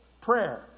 prayer